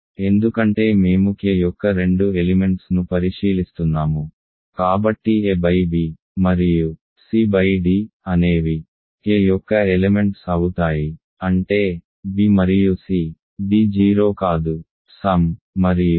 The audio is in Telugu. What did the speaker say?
ఎందుకంటే మేము K యొక్క రెండు ఎలిమెంట్స్ ను పరిశీలిస్తున్నాము కాబట్టి a b మరియు c d అనేవి K యొక్క ఎలెమెంట్స్ అవుతాయి అంటే b మరియు c d 0 కాదు